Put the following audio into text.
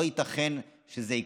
לא ייתכן שזה יקרה.